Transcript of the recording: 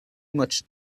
much